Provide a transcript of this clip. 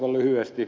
aivan lyhyesti